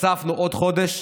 הוספנו עוד חודש,